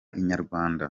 inyarwanda